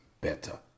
better